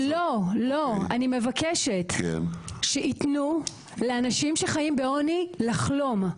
לא, אני מבקשת שיתנו לאנשים שחיים בעוני, לחלום.